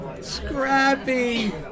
Scrappy